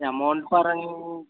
amount పరంగా